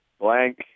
blank